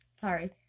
Sorry